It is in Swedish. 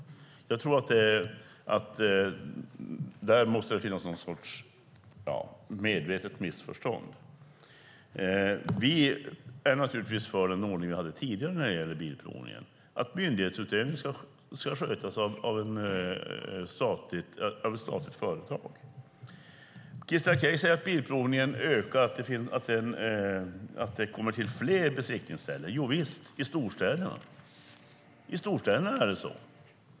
Jag tror att det måste vara ett medvetet missförstånd. Vi är naturligtvis för den ordning vi hade tidigare när det gäller bilprovningen, att myndighetsutövningen ska skötas av ett statligt företag. Christer Akej säger att det kommer till fler besiktningsställen för bilprovningen. Javisst, i storstäderna är det så.